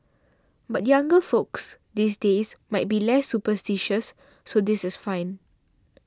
but younger folks these days might be less superstitious so this is fine